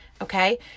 Okay